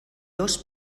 dos